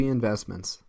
Investments